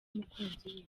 umukunzi